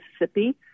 Mississippi –